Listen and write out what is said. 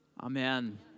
Amen